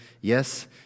Yes